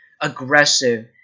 aggressive